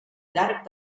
llarg